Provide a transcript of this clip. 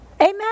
Amen